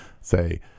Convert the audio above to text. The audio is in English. say